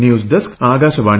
news desk Akashvani